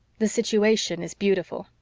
the situation is beautiful.